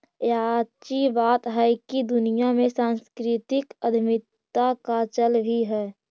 याची बात हैकी दुनिया में सांस्कृतिक उद्यमीता का चल भी है